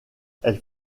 elle